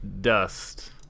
dust